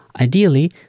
Ideally